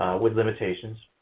with limitations.